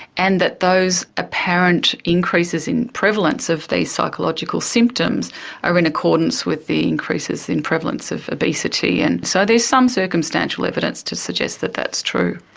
and that those apparent increases in prevalence of these psychological symptoms are in accordance with the increases in prevalence of obesity. and so there's some circumstantial evidence to suggest that that's true.